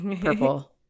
purple